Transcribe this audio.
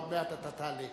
עוד מעט אתה תעלה.